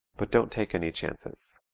but don't take any chances.